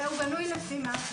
והוא בנוי לפי מה?